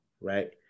right